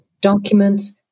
documents